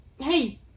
hey